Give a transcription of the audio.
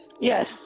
Yes